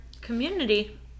community